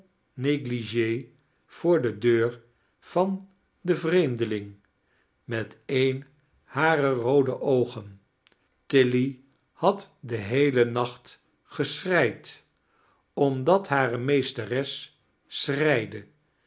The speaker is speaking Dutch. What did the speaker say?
neglige voor de deux van den vreemdeling met een harer roode oogen tilly had den heelen naoht geschreid omdat hare meesteres